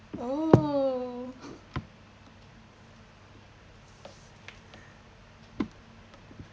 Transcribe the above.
oh